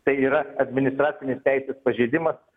tai yra administracinis teisės pažeidimas